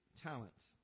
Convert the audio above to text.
talents